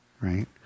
right